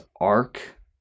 arc